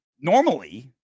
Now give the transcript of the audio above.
normally